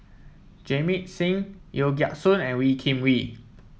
Jamit Singh Yeo Siak Goon and Wee Kim Wee